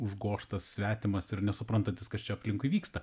užgožtas svetimas ir nesuprantantis kas čia aplinkui vyksta